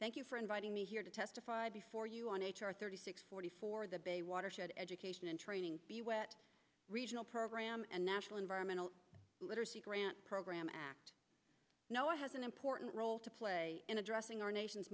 thank you for inviting me here to testify before you on h r thirty six forty four the bay watershed education and training regional program and national environmental literacy grant program act no one has an important role to play in addressing our nation